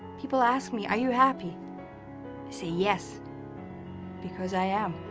people, ask, me are you. happy say, yes because i am